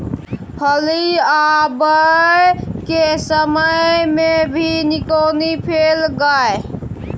फली आबय के समय मे भी निकौनी कैल गाय?